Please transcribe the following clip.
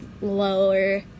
lower